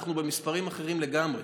אנחנו במספרים אחרים לגמרי,